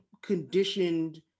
Conditioned